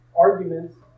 arguments